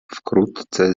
wkrótce